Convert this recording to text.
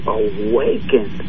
awaken